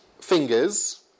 fingers